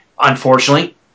Unfortunately